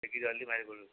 ନେଇକିରି ଗଲି ବାରି କୁଳୁ